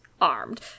armed